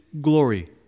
glory